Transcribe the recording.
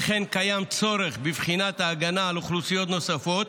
וכן קיים צורך בבחינת ההגנה על אוכלוסיות נוספות,